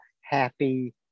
happy